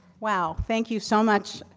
wow. thank you so much.